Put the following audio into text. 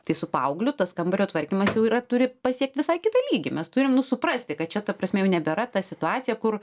tai su paaugliu tas kambario tvarkymas jau yra turi pasiekt visai kitą lygį mes turim nu suprasti kad čia ta prasme jau nebėra ta situacija kur